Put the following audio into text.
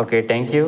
okay thank you